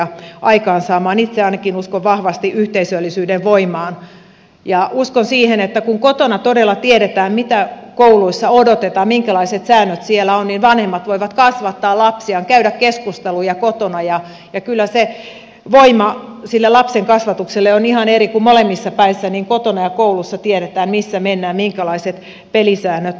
itse ainakin uskon vahvasti yhteisöllisyyden voimaan ja uskon siihen että kun kotona todella tiedetään mitä kouluissa odotetaan minkälaiset säännöt siellä ovat niin vanhemmat voivat kasvattaa lapsiaan käydä keskusteluja kotona ja kyllä se voima sille lapsen kasvatukselle on ihan eri kun molemmissa päissä niin kotona kuin koulussa tiedetään missä mennään minkälaiset pelisäännöt ovat